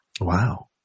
Wow